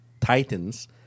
Titans